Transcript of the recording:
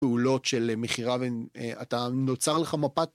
פעולות של מכירה ואתה נוצר לך מפת...